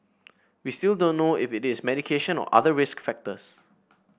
we still don't know if it is medication or other risk factors